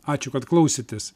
ačiū kad klausėtės